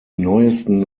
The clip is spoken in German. neuesten